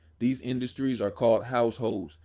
these industries are called households,